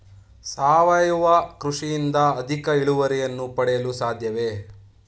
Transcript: ಸಾವಯವ ಕೃಷಿಯಿಂದ ಅಧಿಕ ಇಳುವರಿಯನ್ನು ಪಡೆಯಲು ಸಾಧ್ಯವೇ?